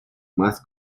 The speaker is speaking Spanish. más